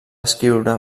escriure